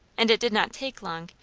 and it did not take long,